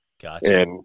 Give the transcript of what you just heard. Gotcha